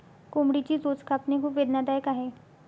कोंबडीची चोच कापणे खूप वेदनादायक आहे